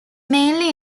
mainly